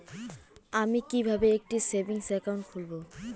আমি কিভাবে একটি সেভিংস অ্যাকাউন্ট খুলব?